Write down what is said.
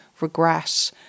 regret